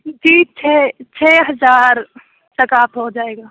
جی چھ چھ ہزار تک آپ ہو جائے گا